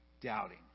doubting